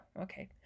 Okay